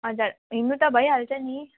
हजुर हिँड्नु त भइहाल्छ नि